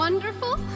Wonderful